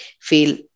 feel